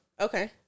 Okay